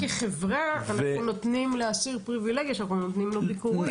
גם כחברה אנחנו נותנים לאסיר פריבילגיה שאנחנו נותנים לו ביקור.